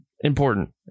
important